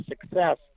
success